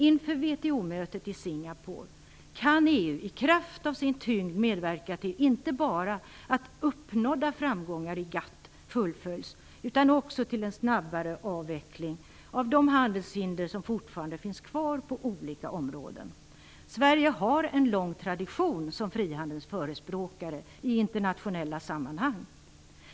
Inför WTO-mötet i Singapore kan EU i kraft av sin tyngd medverka inte bara till att uppnådda framgångar i GATT fullföljs utan också till en snabbare avveckling av de handelshinder som fortfarande finns kvar på olika områden. Sverige har en lång tradition som frihandelns förespråkare i internationella sammanhang.